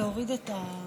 חבריי חברי הכנסת,